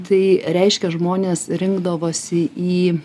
tai reiškia žmonės rinkdavosi į